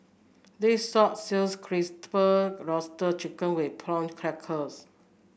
this sop sells crisper roasted chicken with Prawn Crackers